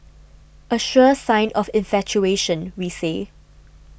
a sure sign of infatuation we say